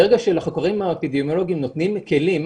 ברגע שלחוקרים האפידמיולוגים נותנים כלים,